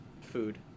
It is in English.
food